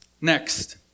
Next